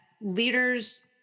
leaders